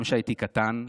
גם כשהייתי קטן,